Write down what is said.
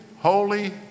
holy